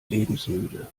lebensmüde